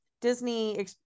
Disney